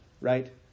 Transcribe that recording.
right